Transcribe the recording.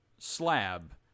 slab